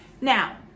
Now